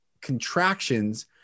contractions